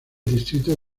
distrito